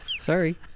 sorry